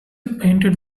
painted